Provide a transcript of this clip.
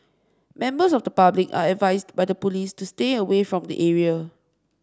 members of the public are advised by the police to stay away from the area